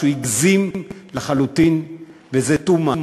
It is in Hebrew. שהוא הגזים לחלוטין ושזה too much.